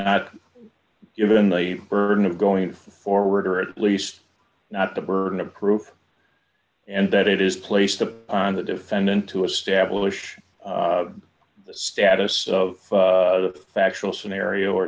not given the burden of going forward or at least not the burden of proof and that it is placed upon the defendant to establish the status of the factual scenario